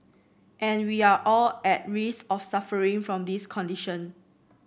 and we are all at risk of suffering from this condition